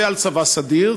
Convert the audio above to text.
ועל צבא סדיר.